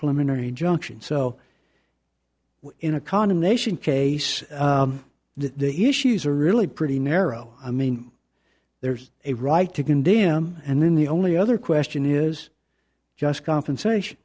plenary junction so in a condemnation case that the issues are really pretty narrow i mean there's a right to condemn and then the only other question is just compensation